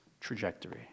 trajectory